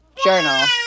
Journal